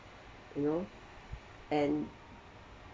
you know and